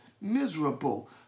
miserable